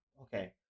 Okay